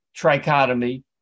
trichotomy